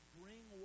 bring